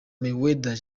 mayweather